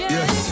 Yes